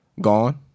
Gone